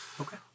Okay